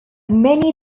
many